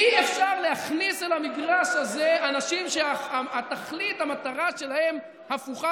אי-אפשר להכניס אל המגרש הזה אנשים שהמטרה שלהם הפוכה